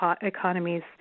economies